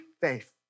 faith